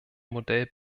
modell